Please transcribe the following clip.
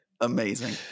Amazing